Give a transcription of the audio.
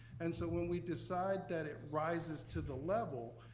and so when we decide that it rises to the level,